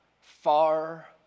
far